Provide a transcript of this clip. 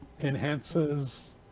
enhances